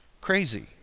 crazy